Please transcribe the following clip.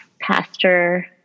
pastor